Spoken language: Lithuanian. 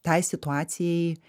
tai situacijai